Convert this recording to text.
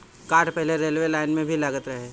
काठ पहिले railway line में भी लागत रहे